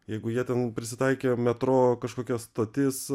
jeigu jie ten prisitaikė metro kažkokia stotis